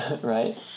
Right